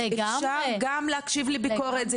אפשר גם להקשיב לביקורת,